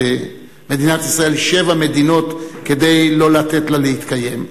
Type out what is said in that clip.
מדינת ישראל שבע מדינות כדי לא לתת לה להתקיים.